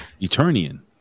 eternian